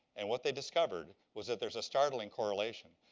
and what they discovered, was that there is a startling correlation.